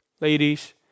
ladies